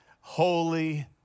holy